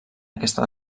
aquesta